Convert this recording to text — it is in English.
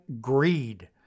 greed